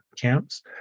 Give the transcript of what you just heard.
camps